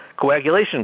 Coagulation